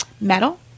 Metal